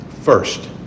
First